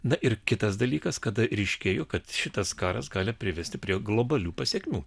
na ir kitas dalykas kada ryškėjo kad šitas karas gali privesti prie globalių pasekmių